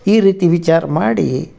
ಈ ರೀತಿ ವಿಚಾರ ಮಾಡಿ